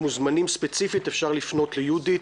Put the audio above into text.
מוזמנים ספציפית אפשר לפנות ליהודית,